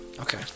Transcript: Okay